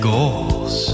Goals